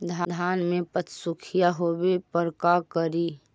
धान मे पत्सुखीया होबे पर का करि?